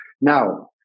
Now